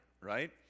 Right